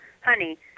honey